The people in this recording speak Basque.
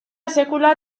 sekula